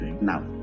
Now